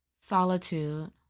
Solitude